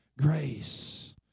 grace